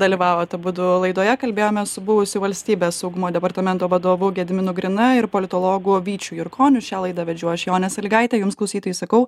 dalyvavot abudu laidoje kalbėjome su buvusiu valstybės saugumo departamento vadovu gediminu grina ir politologu vyčiu jurkoniu šią laidą vedžiau aš jonė sąlygaitė jums klausytojai sakau